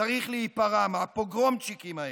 צריכים להיפרע, מהפוגרומצ'יקים האלה.